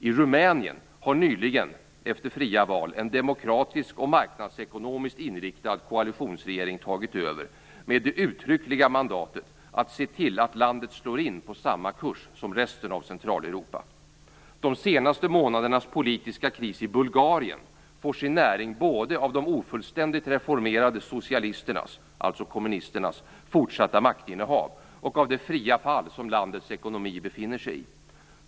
I Rumänien har nyligen efter fria val en demokratisk och marknadsekonomiskt inriktad koalitionsregering tagit över med det uttryckliga mandatet att se till att landet slår in på samma kurs som resten av Centraleuropa. De senaste månadernas politiska kris i Bulgarien får sin näring både av de ofullständigt reformerade socialisternas - alltså kommunisternas - fortsatta maktinnehav och av det fria fall som landets ekonomi befinner sig i.